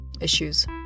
issues